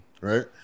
Right